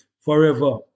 forever